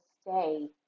stay